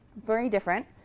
very different.